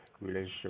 relationship